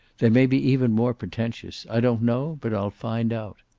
they may be even more pretentious. i don't know, but i'll find out.